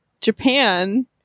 Japan